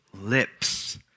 lips